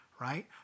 right